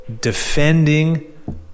defending